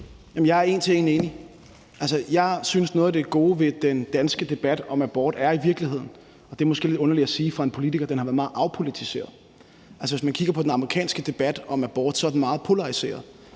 Jeg er en til en enig. Jeg synes, at noget af det gode ved den danske debat om abort i virkeligheden er – og det er måske lidt underligt at sige for en politiker – at den har været meget afpolitiseret. Altså, hvis man kigger på den amerikanske debat om abort, er den meget polariseret.